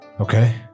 Okay